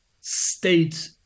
state